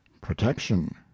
protection